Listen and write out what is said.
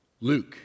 Luke